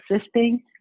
assisting